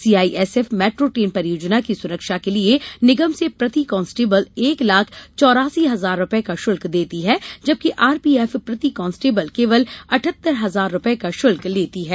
CISF metro train परियोजना की सुरक्षा के लिए निगम से प्रति कॉन्स्टेबल एक लाख चौरासी हजार रुपए का शुल्क लेती है जबकि आरपीएफ प्रति कॉन्स्टेबल केवल अठहतर हजार रुपए का शुल्क लेती है